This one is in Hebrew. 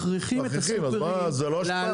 אז מה, זה לא השפעה?